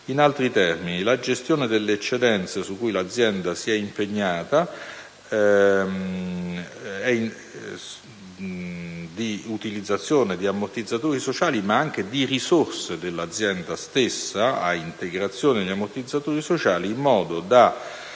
In altri termini, la gestione delle eccedenze su cui l'azienda si è impegnata avviene mediante l'utilizzazione non solo di ammortizzatori sociali, ma anche di risorse dell'azienda stessa, ad integrazione degli ammortizzatori sociali, in modo da